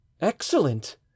Excellent